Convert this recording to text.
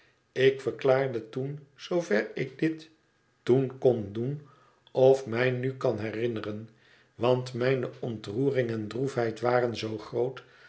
ik verklaarde toen zoover ik dit toen kon doen of mij nu kan herinneren want mijne ontroering en droefheid waren zoo groot